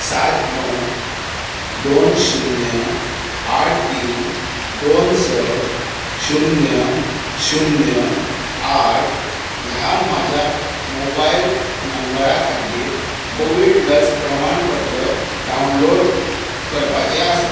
सात णव दोन शुन्य आठ तीन दोन स शुन्य शुन्य आठ ह्या म्हज्या मोबायल नंबरा खातीर कोवीड लस प्रमाणपत्र डावनलोड करपाचें आसा